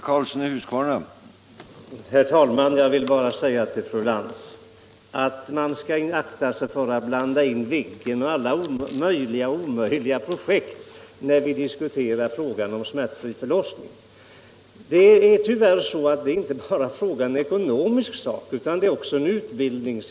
Herr talman! Jag vill bara säga till fru Lantz att man skall akta sig för att blanda in Viggen och alla möjliga och omöjliga projekt när vi diskuterar frågan om smärtfri förlossning. Det är tyvärr så att detta inte bara är fråga om ekonomi utan också om utbildning.